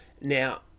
Now